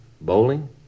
Bowling